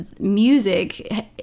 music